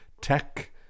tech